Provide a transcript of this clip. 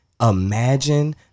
Imagine